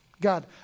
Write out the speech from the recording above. God